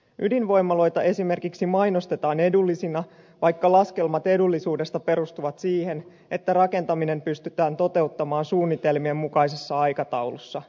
ydinvoimaloita esimerkiksi mainostetaan edullisina vaikka laskelmat edullisuudesta perustuvat siihen että rakentaminen pystytään toteuttamaan suunnitelmien mukaisessa aikataulussa